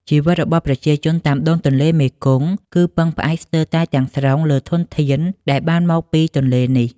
ជីវិតរបស់ប្រជាជនតាមដងទន្លេមេគង្គ គឺពឹងផ្អែកស្ទើរទាំងស្រុងលើធនធានដែលបានមកពីទន្លេនេះ។